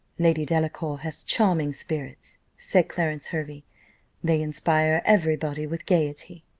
lady delacour has charming spirits, said clarence hervey they inspire every body with gaiety.